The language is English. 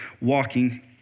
walking